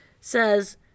says